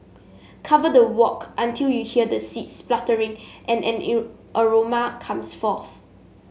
cover the wok until you hear the seeds spluttering and an aroma comes forth